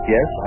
Yes